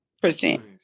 percent